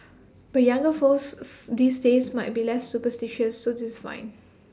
but younger folks these days might be less superstitious so this fine